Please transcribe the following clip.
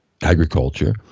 agriculture